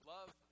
Love